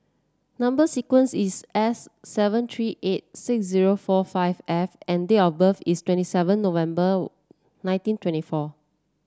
number sequence is S seven three eight six zero four five F and date of birth is twenty seven November nineteen twenty four